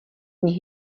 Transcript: nich